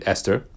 Esther